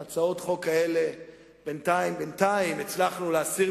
את הצעות החוק האלה בינתיים הצלחנו להסיר